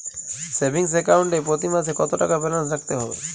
Savings account এ প্রতি মাসে কতো টাকা ব্যালান্স রাখতে হবে?